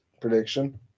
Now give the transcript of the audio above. prediction